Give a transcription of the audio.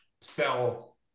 sell